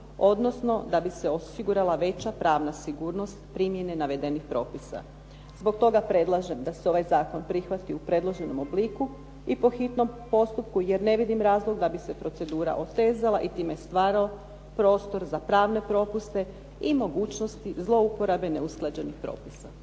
odnosno da bi se osigurala veća pravna sigurnost primjene navedenih propisa. Zbog toga predlažem da se ovaj zakon prihvati u predloženom obliku i po hitnom postupku jer ne vidim razlog da bi se procedura otezala i time stvarao prostor za pravne propuste i mogućnosti zlouporabe neusklađenih propisa.